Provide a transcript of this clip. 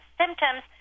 symptoms